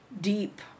deep